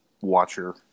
Watcher